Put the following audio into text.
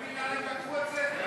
אתה מבין למה הם תקפו את זה?